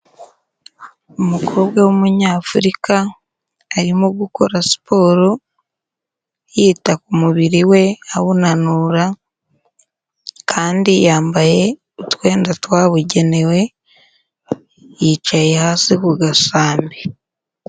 Umukobwa w'Umunyafurika arimo gukora siporo yita ku mubiri we, awunanura kandi yambaye utwenda twabugenewe, yicaye hasi ku gasambi.